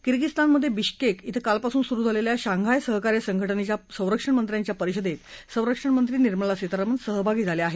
किर्गिस्तानमधे Bishkek ड्वं कालपासून सुरु झालेल्या शांघाय सहकार्य संघटनेच्या संरक्षणमंत्र्यांच्या परिषदेत संरक्षणमंत्री निर्मला सीतारामन सहभागी झाल्या आहेत